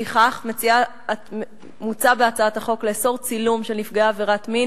לפיכך מוצע בהצעת החוק לאסור צילום של נפגעי עבירת מין